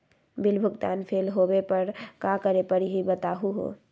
Bill भुगतान fail होवे पर का करै परही, बताहु हो?